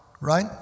right